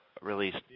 released